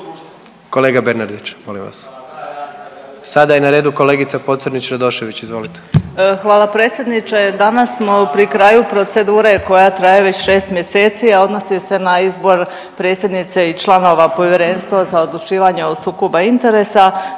Kolega Bernardić, molim vas. Sada je na redu kolegica Pocrnić-Radošević, izvolite. **Pocrnić-Radošević, Anita (HDZ)** Hvala predsjedniče. Danas smo pri kraju procedure koja traje već 6 mjeseci, a odnosi se na izbor predsjednice i članova Povjerenstva za odlučivanje o sukoba interesa,